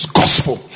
gospel